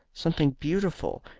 something beautiful,